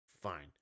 Fine